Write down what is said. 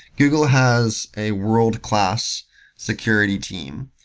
google has a world-class security team,